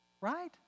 right